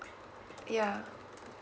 yeah